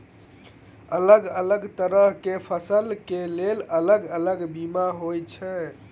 अलग अलग तरह केँ फसल केँ लेल अलग अलग बीमा होइ छै?